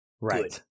right